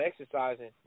exercising